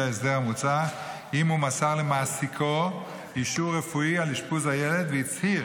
ההסדר המוצע אם הוא מסר למעסיקו אישור רפואי על אשפוז הילד והצהיר